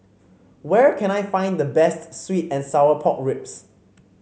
where can I find the best sweet and Sour Pork Ribs